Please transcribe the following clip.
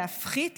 להפחית,